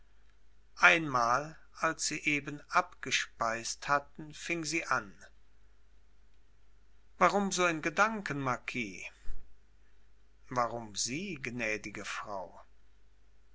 einmal als sie eben abgespeist hatten fing sie an warum so in gedanken marquis warum sie gnädige frau